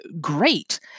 great